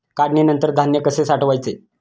काढणीनंतर धान्य कसे साठवायचे?